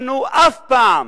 אנחנו, אף פעם,